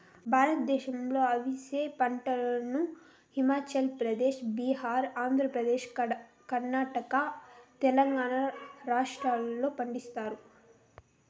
భారతదేశంలో అవిసె పంటను హిమాచల్ ప్రదేశ్, బీహార్, ఆంధ్రప్రదేశ్, కర్ణాటక, తెలంగాణ రాష్ట్రాలలో పండిస్తారు